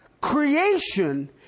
creation